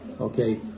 okay